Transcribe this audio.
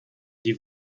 die